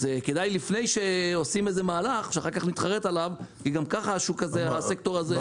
כדאי לפני שעושים מהלך שאחר כך נתחרט עליו כי גם ככה השוק הזה מתנדנד.